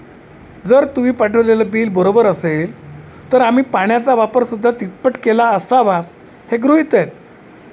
जर तुम्ही पाठवलेलं बिल बरोबर असेल तर आम्ही पाण्याचा वापरसुद्धा तिप्पट केला असावा हे गृहीत आहे